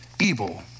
evil